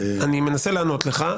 אני מנסה לענות לך,